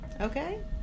okay